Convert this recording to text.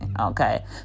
okay